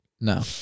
No